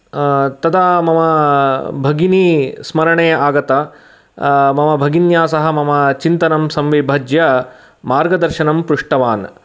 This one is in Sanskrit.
तदा मम भगिनी स्मरणे आगता मम भगिन्या सह मम चिन्तनं संविभज्य मार्गदर्शनं पृष्टवान्